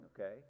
okay